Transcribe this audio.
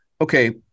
Okay